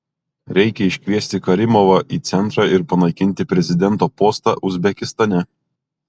reikia iškviesti karimovą į centrą ir panaikinti prezidento postą uzbekistane